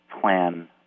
plan